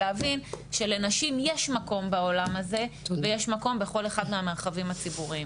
להבין שלנשים יש מקום בעולם הזה ויש מקום בכל אחד מהמרחבים הציבוריים.